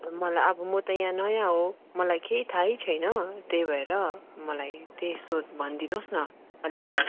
मलाई अब म त यहाँ नयाँ हो मलाई केही थाहै छैन त्यही भएर मलाई त्यही सोध् भनिदिनुहोस् न अलिकति